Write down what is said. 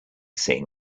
seeing